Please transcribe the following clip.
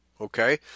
Okay